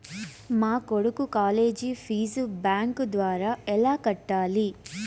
మా కొడుకు college fee bank ద్వారా ఎలా కట్టాలి?